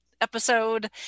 episode